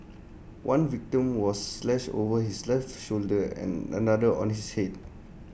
one victim was slashed over his left shoulder and another on his Head